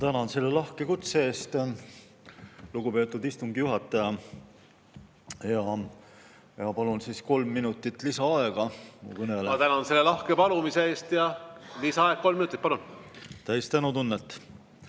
Ma tänan selle lahke kutse eest, lugupeetud istungi juhataja! Ma palun kolm minutit lisaaega. Ma tänan selle lahke palumise eest. Lisaaeg kolm minutit, palun! Täis tänutunnet.